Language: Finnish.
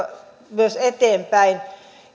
myös eteenpäin